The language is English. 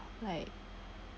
like